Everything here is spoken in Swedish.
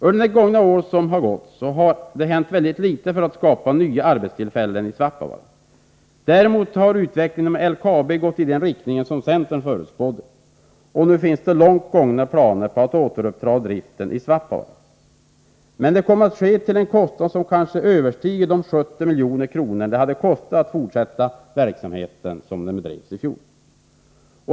Under det år som gått har det hänt väldigt litet för att skapa nya arbetstillfällen i Svappavaara. Däremot har utvecklingen inom LKAB gått i den riktning som centern förutspådde. Nu finns det långt gångna planer på att återuppta driften i Svappavaara. Men det kommer att ske till en kostnad som troligen överstiger de 70 milj.kr. det hade kostat att fortsätta med verksamheten i fjol.